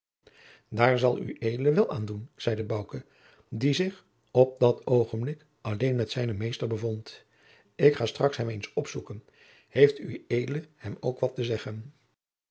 daar zal ued wel an doen zeide bouke die zich op dat oogenblik alleen met zijnen meester bevond ik ga strak hem eens opzoeken heeft ued hem ook wat te zeggen